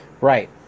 Right